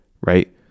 right